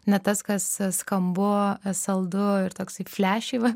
ne tas kas skambu saldu ir toksai flešyva